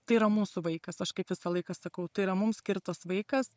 tai yra mūsų vaikas aš kaip visą laiką sakau tai yra mums skirtas vaikas